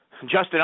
Justin